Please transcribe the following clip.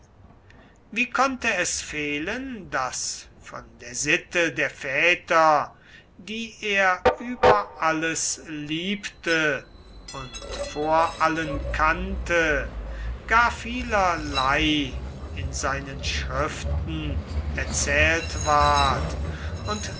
wie konnte es fehlen daß von der sitte der väter die er über alles liebte und vor allen kannte gar vielerlei in seinen schriften erzählt ward und